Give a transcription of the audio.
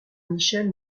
michel